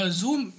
zoom